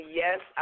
yes